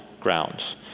grounds